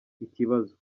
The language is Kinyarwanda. ikibazo